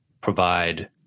provide